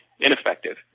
ineffective